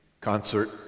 concert